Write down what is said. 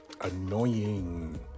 annoying